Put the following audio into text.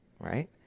right